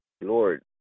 Lord